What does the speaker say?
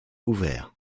ouvert